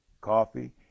Coffee